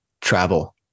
travel